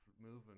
moving